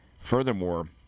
Furthermore